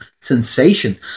sensation